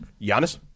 Giannis